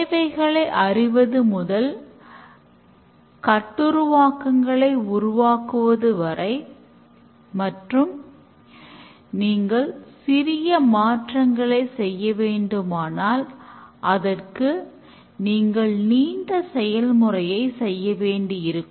தேவைகளை அறிவது முதல் கட்டுருவாக்கங்களை உருவாக்குவது வரை மற்றும் நீங்கள் சிறிய மாற்றங்களை செய்யவேண்டுமானால் அதற்கு நீங்கள் நீண்ட செயல்முறையை செய்ய வேண்டியிருக்கும்